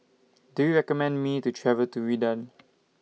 Do YOU recommend Me to travel to Riyadh